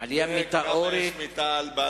זה הדרן שלי או שלו?